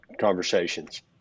conversations